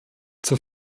zur